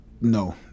no